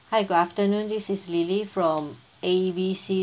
hi good afternoon this is lily from A_B_C